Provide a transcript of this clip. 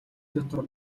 дотор